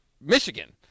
Michigan